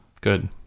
Good